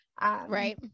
right